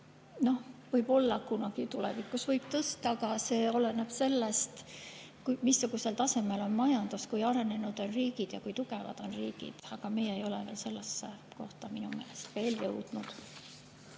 võib-olla kunagi tulevikus võib tõsta, aga see oleneb sellest, missugusel tasemel on majandus, kui arenenud on riigid ja kui tugevad on riigid. Aga meie ei ole sellesse punkti minu meelest veel jõudnud.